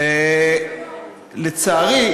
ולצערי,